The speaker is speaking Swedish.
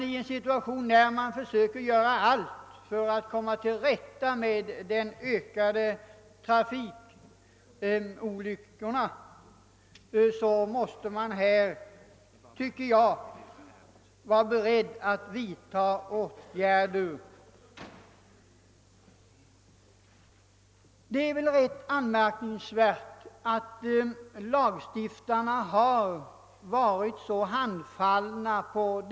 I en situation där man försöker göra allt för att komma till rätta med det ökade antalet trafikolyckor tycker jag man måste vara beredd att vidta åtgärder också på detta område. Det är rätt anmärkningsvärt att lagstiftarna har stått så handfallna.